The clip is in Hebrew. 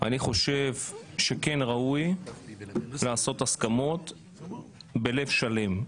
אני חושב שכן ראוי לעשות הסכמות בלב שלם.